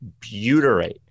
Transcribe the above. Butyrate